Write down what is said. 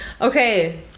okay